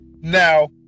now